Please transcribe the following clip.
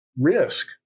risk